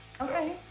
Okay